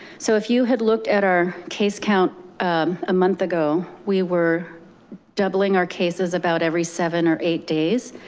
so if you had looked at our case count a month ago, we were doubling our cases about every seven or eight days.